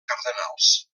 cardenals